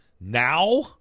now